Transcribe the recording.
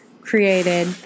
created